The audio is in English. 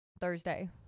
Thursday